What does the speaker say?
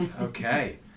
Okay